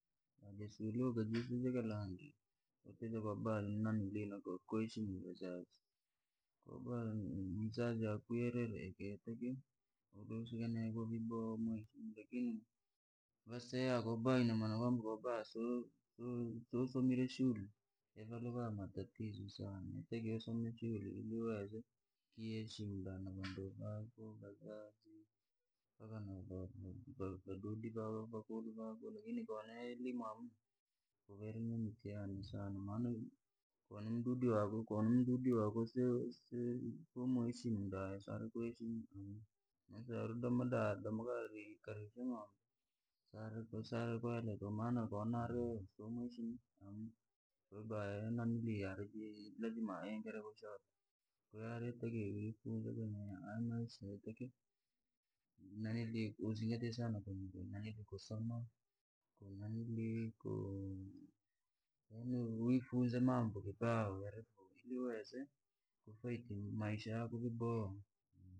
Luga jisu ja kilangi, kwatite kuheshimu vazazi, ko mzazi akuwirire kintu ukaboya lakini vaseya kwamana kwamba siusomire shule, yavalakaa matatizo sana, watakiwa usome shule iluwazo ukieshimu na vandu vako na vadudi vako. lakini ko elimu amna kuvairi mtihani sana, koni mdudi wako kosi wamueshimu da yesiari kueshimu, tukumsea uri karishe ng'ombe, lazima aingire kuzingatia sana kusoma, wifunze mambo yarifoo uweze yeendesha maisha yako vyaboha.